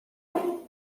that